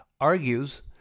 argues